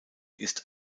ist